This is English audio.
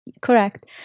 correct